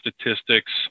statistics